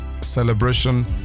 celebration